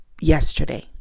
yesterday